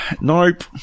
Nope